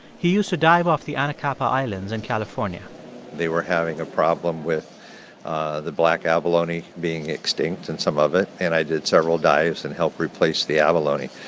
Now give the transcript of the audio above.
he used to dive off the anacapa islands in california they were having a problem with ah the black abalone being extinct in some of it. and i did several dives and helped replace the abalone.